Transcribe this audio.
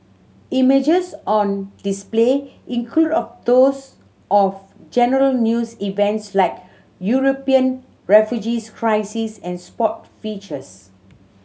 images on display include of those of general news events like European refugees crisis and sport features